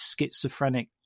schizophrenic